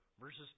verses